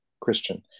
Christian